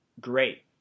great